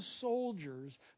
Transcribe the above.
soldiers